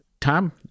Tom